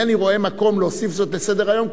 אינני רואה מקום להוסיף זאת לסדר-היום,